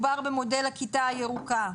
במודל הכיתה הירוקה?